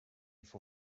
for